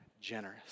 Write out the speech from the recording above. generous